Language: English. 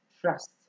trust